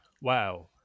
wow